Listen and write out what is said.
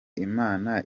imana